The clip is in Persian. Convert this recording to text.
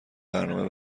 برنامه